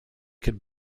could